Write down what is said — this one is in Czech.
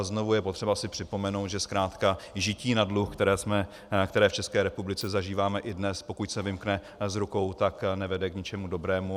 Znovu je potřeba si připomenout, že zkrátka žití na dluh, které v České republice zažíváme i dnes, pokud se vymkne z rukou, tak nevede k ničemu dobrému.